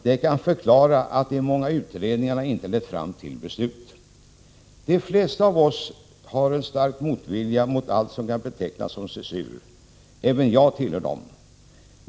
Det kan förklara att de många utredningarna inte lett fram till beslut. De flesta av oss har en stark motvilja mot allt som kan betecknas som censur. Även jag tillhör dem.